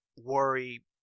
worry